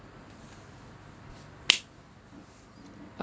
uh